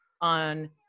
on